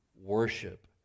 worship